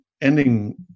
ending